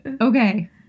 Okay